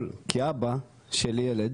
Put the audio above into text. כאבא של ילד